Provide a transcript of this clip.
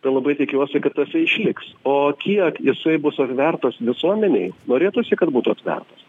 tai labai tikiuosi kad tas ir išliks o kiek jisai bus atvertas visuomenei norėtųsi kad būtų atvertas